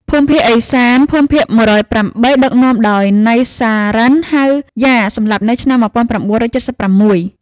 ភូមិភាគឦសាន (ភូមិភាគ១០៨) ដឹកនាំដោយ ណៃ សារ៉ាន់ ហៅ យ៉ា (សម្លាប់នៅឆ្នាំ១៩៧៦)។